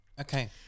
Okay